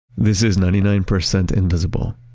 this is ninety nine percent invisible.